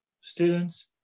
students